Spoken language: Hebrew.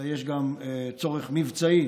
אלא יש גם צורך מבצעי,